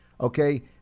Okay